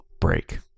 break